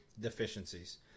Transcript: deficiencies